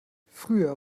früher